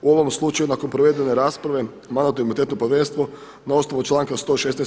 U ovom slučaju nakon provedene rasprave Mandatno-imunitetno povjerenstvo na osnovu članka 116.